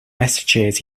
messages